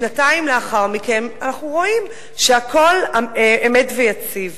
שנתיים לאחר מכן אנחנו רואים שהכול אמת ויציב.